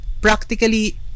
practically